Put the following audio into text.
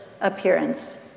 appearance